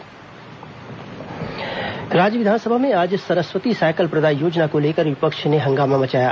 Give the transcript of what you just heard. विधानसभा cycle वितरण राज्य विधानसभा में आज सरस्वती सायकल प्रदाय योजना को लेकर विपक्ष ने हंगामा मचाया